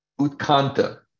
Utkanta